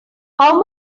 how